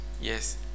Yes